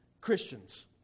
Christians